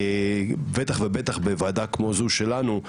בטח ובטח בוועדה כמו זו שלנו,